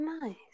Nice